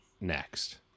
Next